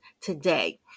today